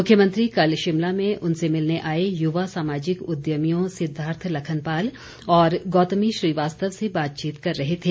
मुख्यमंत्री कल शिमला में उनसे मिलने आए युवा सामाजिक उद्यमियों सिद्दार्थ लखनपाल और गौतमी श्रीवास्तव से बातचीत कर रहे थे